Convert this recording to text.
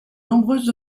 nombreuses